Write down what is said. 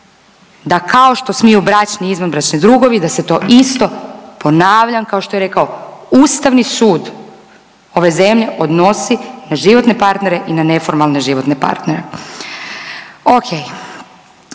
da kao što smiju bračni i izvanbračni drugovi, da se to isto ponavljam kao što je rekao Ustavni sud ove zemlje odnosi na životne partnere i na neformalne životne partnere.